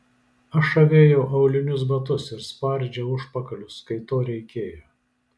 aš avėjau aulinius batus ir spardžiau užpakalius kai to reikėjo